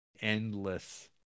endless